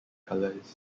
colours